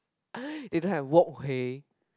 they don't have walkway